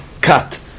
cut